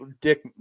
dick